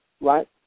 right